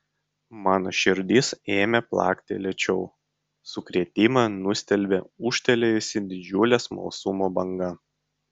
mano širdis ėmė plakti lėčiau sukrėtimą nustelbė ūžtelėjusi didžiulė smalsumo banga